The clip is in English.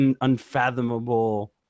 unfathomable